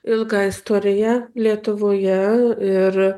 ilgą istoriją lietuvoje ir